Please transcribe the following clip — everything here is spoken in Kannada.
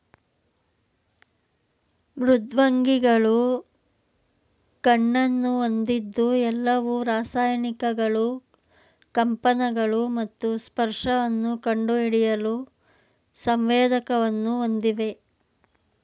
ಮೃದ್ವಂಗಿಗಳು ಕಣ್ಣನ್ನು ಹೊಂದಿದ್ದು ಎಲ್ಲವು ರಾಸಾಯನಿಕಗಳು ಕಂಪನಗಳು ಮತ್ತು ಸ್ಪರ್ಶವನ್ನು ಕಂಡುಹಿಡಿಯಲು ಸಂವೇದಕವನ್ನು ಹೊಂದಿವೆ